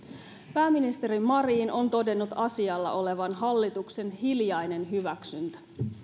pääministeri marin on todennut asialla olevan hallituksen hiljainen hyväksyntä